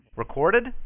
Recorded